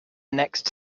next